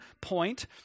point